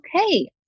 Okay